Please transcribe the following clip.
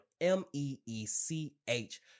M-E-E-C-H